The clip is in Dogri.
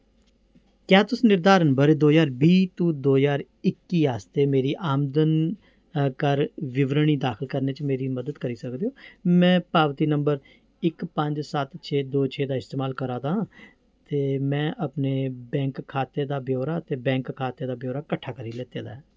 क्या तुस निर्धारण ब'रे दो ज्हार बीह् टू दो ज्हार इक्की आस्तै मेरी आमदन कर विवरणी दाखल करने च मेरी मदद करी सकदे ओ में पावती नंबर इक पंज सत्त छे दो छे दा इस्तमाल करा दा आं ते में अपने बैंक खाते दा ब्यौरा ते बैंक खाते दा ब्यौरा कट्ठा करी लैते दा ऐ